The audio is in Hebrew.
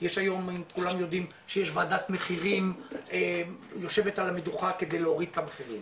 כולם יודעים שיש ועדת מחירים שיושבת על המדוכה כדי להוריד את המחירים.